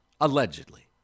allegedly